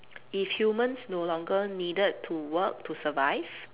if humans no longer needed to work to survive